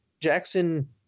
jackson